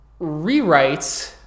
rewrites